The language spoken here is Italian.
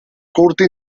corte